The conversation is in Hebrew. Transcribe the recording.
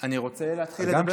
אני אשמח שהשר, אתה רוצה לשתוק?